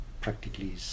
practically